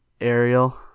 ariel